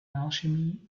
alchemy